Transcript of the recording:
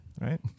right